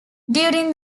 during